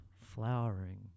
flowering